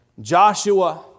Joshua